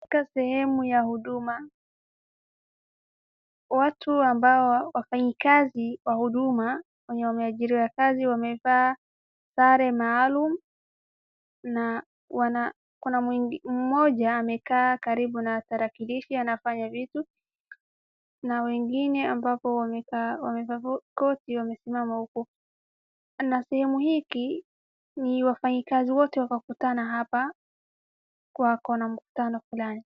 Katika sehemu ya huduma, watu ambao, wafanyikazi wa huduma, wenye wameajiriwa kazi wamevaa sare maalum na kuna mmoja amekaa karibu na tarakilishi anafanya vitu na wengine ambapo wamevaa koti wamesimama huko. Na sehemu hiki, ni wafanyikazi wote wakakutana hapa, wako na mkutano fulani.